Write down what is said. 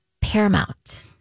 paramount